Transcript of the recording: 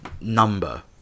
number